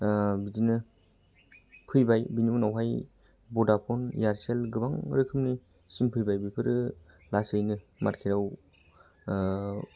बिदिनो फैबाय बिनि उनावहाय बडाफन एयारसेल गोबां रोखोमनि सिम फैबाय बेफोरो लासैनो मार्केटआव